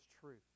truth